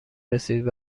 رسید